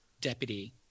deputy